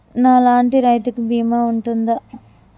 నా లాంటి రైతు కి బీమా ఉంటుందా?